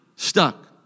Stuck